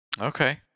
Okay